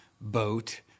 boat